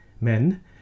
Men